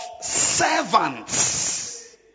servants